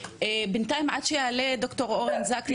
בינתיים עד שיעלה ד"ר אורן זק לזום,